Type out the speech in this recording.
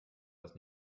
dass